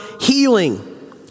healing